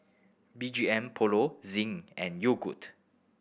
B G M Polo Zinc and Yogood